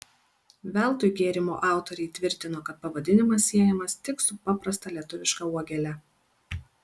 veltui gėrimo autoriai tvirtino kad pavadinimas siejamas tik su paprasta lietuviška uogele